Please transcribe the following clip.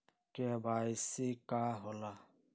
KYC का होला?